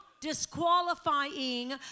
disqualifying